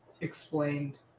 explained